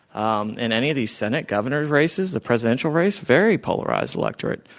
um in any of these senate, governors' races, the presidential race, very polarized electorate,